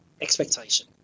expectation